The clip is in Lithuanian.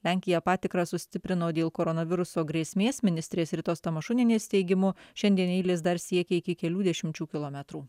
lenkija patikrą sustiprino dėl koronaviruso grėsmės ministrės ritos tamašunienės teigimu šiandien eilės dar siekia iki kelių dešimčių kilometrų